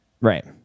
Right